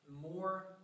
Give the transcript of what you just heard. more